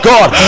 God